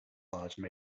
large